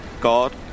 God